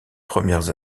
premières